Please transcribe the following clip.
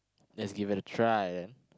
just give it a try